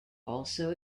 also